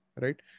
Right